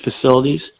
facilities